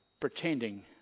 pretending